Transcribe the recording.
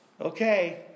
Okay